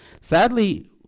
Sadly